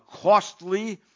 costly